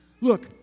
look